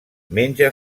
menja